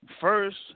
first